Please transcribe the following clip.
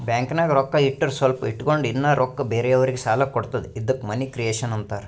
ಬ್ಯಾಂಕ್ನಾಗ್ ರೊಕ್ಕಾ ಇಟ್ಟುರ್ ಸ್ವಲ್ಪ ಇಟ್ಗೊಂಡ್ ಇನ್ನಾ ರೊಕ್ಕಾ ಬೇರೆಯವ್ರಿಗಿ ಸಾಲ ಕೊಡ್ತುದ ಇದ್ದುಕ್ ಮನಿ ಕ್ರಿಯೇಷನ್ ಆಂತಾರ್